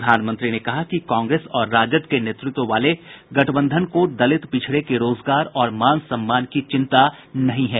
प्रधानमंत्री ने कहा कि कांग्रेस और राजद के नेतृत्व वाले गठबंधन को दलित पिछड़े के रोजगार और मान सम्मान की चिंता नहीं है